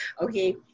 Okay